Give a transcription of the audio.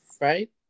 Right